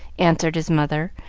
answered his mother,